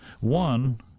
One